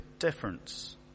difference